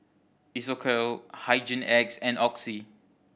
Isocal Hygin X and Oxy